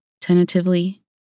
Tentatively